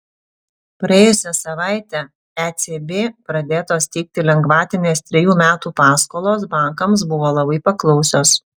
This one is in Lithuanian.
praėjusią savaitę ecb pradėtos teikti lengvatinės trejų metų paskolos bankams buvo labai paklausios